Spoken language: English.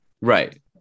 Right